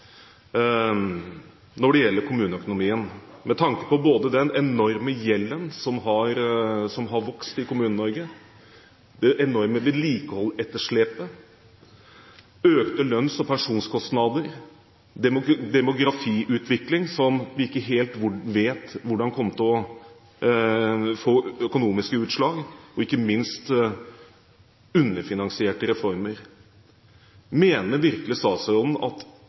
når det gjelder kommuneøkonomien, med tanke på både den enorme gjelden som har vokst i Kommune-Norge, det enorme vedlikeholdsetterslepet, økte lønns- og personkostnader, demografiutviklingen – vi vet ikke helt hvilke økonomiske utslag den vil gi – og ikke minst underfinansierte reformer. Mener virkelig statsråden at